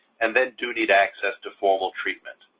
and then do need access to formal treatment.